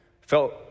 Felt